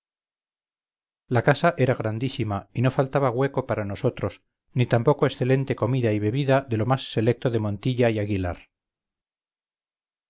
la casa era grandísima y no faltaba hueco para nosotros ni tampoco excelente comida y bebida de lo más selecto de montilla y aguilar